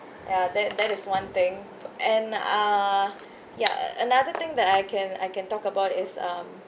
ya that that is one thing and uh ya another thing that I can I can talk about is um